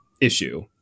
issue